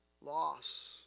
loss